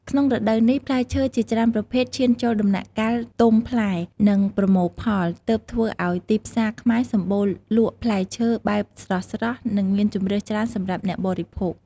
ក្នុងរដូវនេះ ផ្លែឈើជាច្រើនប្រភេទឈានចូលដំណាក់កាលទំផ្លែ និងប្រមូលផល ទើបធ្វើអោយទីផ្សារខ្មែរសម្បូរលក់ផ្លែឈើបែបស្រស់ៗ និងមានជម្រើសច្រើនសម្រាប់អ្នកបរិភោគ។